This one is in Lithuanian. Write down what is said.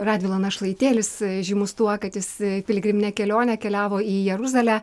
radvila našlaitėlis žymus tuo kad jis į piligriminę kelionę keliavo į jeruzalę